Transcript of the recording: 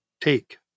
Take